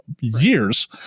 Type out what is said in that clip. years